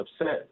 upset